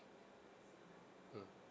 mm